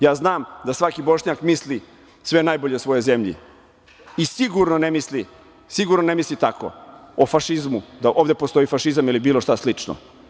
Ja znam da svaki Bošnjak misli sve najbolje o svojoj zemlji i sigurno ne misli tako o fašizmu, da ovde postoji fašizam ili bilo šta slično.